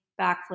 backflip